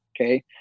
okay